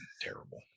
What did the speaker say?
Terrible